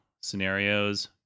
scenarios